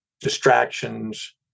distractions